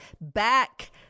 back